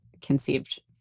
conceived